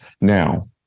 now